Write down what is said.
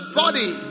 body